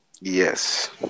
Yes